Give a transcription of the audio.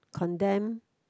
condemn